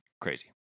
crazy